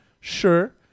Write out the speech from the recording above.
Sure